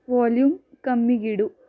volume ಕಮ್ಮಿಗಿಡು